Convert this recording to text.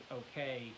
okay